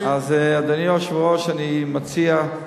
אדוני היושב-ראש, אני מציע,